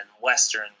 Western